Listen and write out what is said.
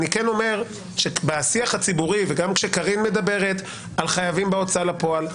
בשיח הציבורי וגם כשקארין מדברת על חייבים בהוצאה לפועל,